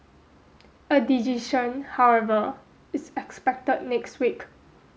a decision however is expected next week